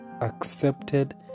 accepted